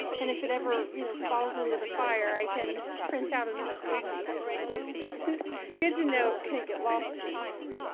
and if it ever, you know, falls into the fire i can print out another copy which is always good to know. it can't get lost at time.